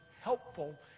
helpful